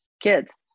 kids